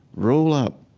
roll up,